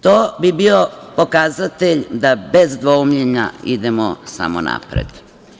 To bi bio pokazatelj da bez dvoumljenja idemo samo napred.